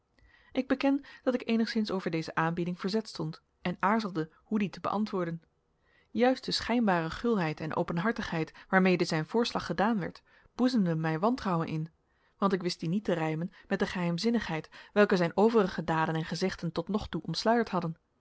ik beken dat ik eenigszins over deze aanbieding verzet stond en aarzelde hoe die te beantwoorden juist de schijnbare gulheid en openhartigheid waarmede zijn voorslag gedaan werd boezemden mij wantrouwen in want ik wist die niet te rijmen met de geheimzinnigheid welke zijn overige daden en gezegden tot nog toe omsluierd had